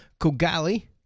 Kogali